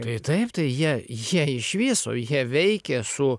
tai taip tai jie jie iš viso jie veikė su